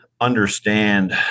understand